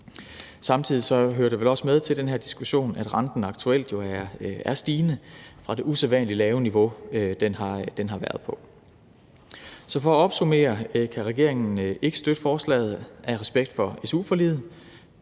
Samtidig hører det vel også med til den her diskussion, at renten aktuelt jo er stigende fra det usædvanlig lave niveau, den har været på. Så for at opsummere kan regeringen ikke støtte forslaget af respekt for su-forliget.